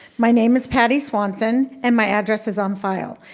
my name is patty swanson, and my address is on file.